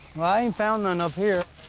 i ain't found none up here.